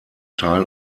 teil